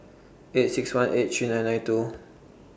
eight six one eight three nine nine two